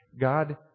God